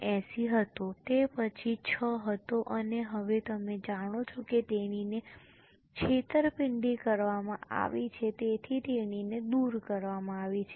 79 હતો તે પછી 6 હતો અને હવે તમે જાણો છો કે તેણીને છેતરપિંડી કરવામાં આવી છે તેથી તેણીને દૂર કરવામાં આવી છે